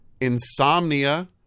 Insomnia